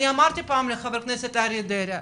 אני אמרתי פעם לחה"כ אריה דרעי,